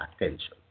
attention